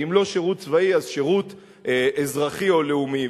ואם לא שירות צבאי, אז שירות אזרחי או לאומי.